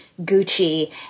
Gucci